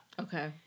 Okay